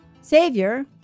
Savior